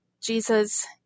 Jesus